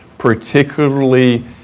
Particularly